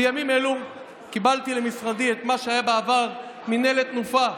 בימים אלו קיבלתי למשרדי את מה שהיה בעבר מינהלת תנופה,